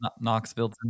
Knoxville